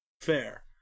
fair